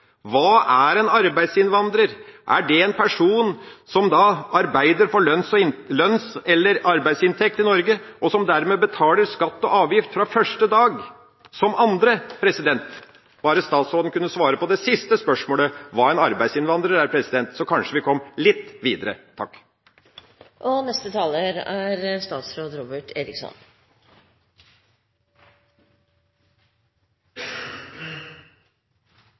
Hva er en arbeidsinnvandrer? Er det en person som arbeider for lønns- eller arbeidsinntekt i Norge, og som dermed betaler skatt og avgift fra første dag, som andre? Bare statsråden kunne svare på det siste spørsmålet, hva en arbeidsinnvandrer er, så kom vi kanskje litt videre.